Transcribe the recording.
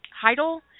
Heidel